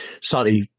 slightly